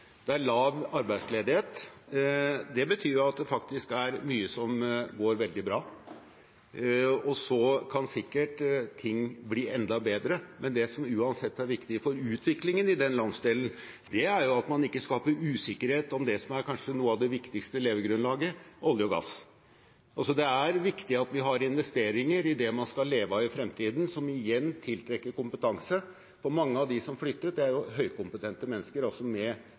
Det er lav arbeidsledighet. Det betyr at det faktisk er mye som går veldig bra. Så kan sikkert ting bli enda bedre. Men det som uansett er viktig for utviklingen i den landsdelen, er at man ikke skaper usikkerhet om det som kanskje er noe av det viktigste levegrunnlaget: olje og gass. Det er viktig at vi har investeringer i det man skal leve av i fremtiden, som igjen tiltrekker kompetanse. Mange av dem som flytter, er høykompetente mennesker, altså med